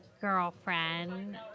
girlfriend